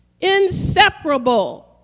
Inseparable